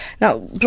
now